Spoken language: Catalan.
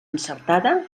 encertada